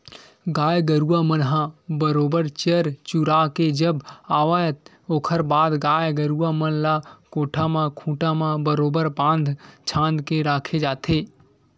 गाय गरुवा मन ह बरोबर चर चुरा के जब आवय ओखर बाद गाय गरुवा मन ल कोठा म खूंटा म बरोबर बांध छांद के रखे जाथे